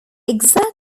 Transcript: exact